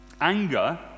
Anger